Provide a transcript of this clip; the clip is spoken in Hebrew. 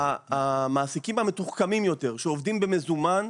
המעסיקים המתוחכמים יותר שעובדים במזומן,